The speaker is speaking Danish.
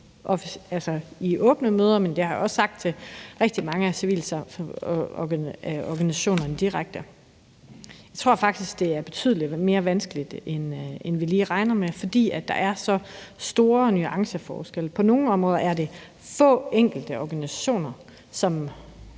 i åbne møder, men jeg har også sagt det direkte til rigtig mange af civilsamfundsorganisationerne. Jeg tror faktisk, det er betydelig mere vanskeligt, end vi lige regner med, fordi der er så store nuanceforskelle. På nogle områder er det få, enkelte organisationer, som